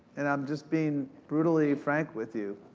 and i'm just being brutally frank with you,